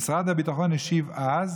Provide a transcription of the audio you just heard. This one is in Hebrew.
משרד הביטחון השיב אז